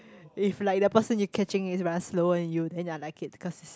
if like the person you catching is run slow and you then I like it because it's